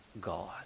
God